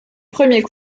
premiers